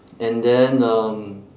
and then um